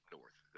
North